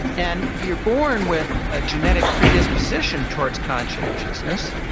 and you're born with a genetic predisposition towards conscientiousness.